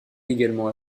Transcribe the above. également